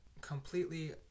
completely